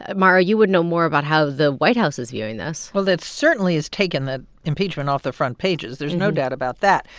ah mara, you would know more about how the white house is viewing this well, it certainly has taken the impeachment off the front pages. there's no doubt about that.